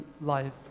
life